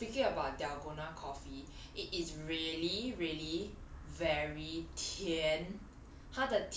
ya so speaking about dalgona coffee it is really really very 甜